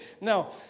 Now